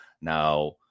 now